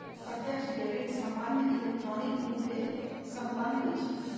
प्रत्यक्ष डेबिट सामान्य इलेक्ट्रॉनिक रूपे संपन्न होइ छइ